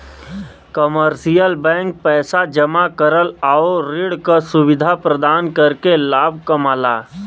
commercial bank पैसा जमा करल आउर ऋण क सुविधा प्रदान करके लाभ कमाला